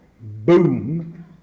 boom